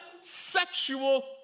sexual